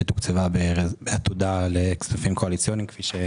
פנייה שתוקצבה בעתודה לכספים קואליציוניים.